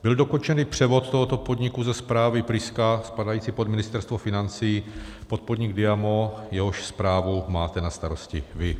Byl dokončen převod tohoto podniku ze správy Priska spadající pod Ministerstvo financí pod podnik DIAMO, jehož správu máte na starosti vy.